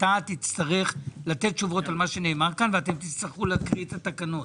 אתה תצטרך לתת תשובות לדברים שנאמרו כאן ואתם תצטרכו להקריא את התקנות.